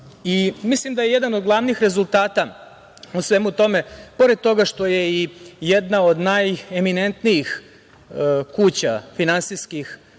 da je jedan od glavnih rezultata u svemu tome pored toga što je i jedna od najeminentnijih kuća finansijskih